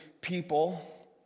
people